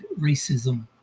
racism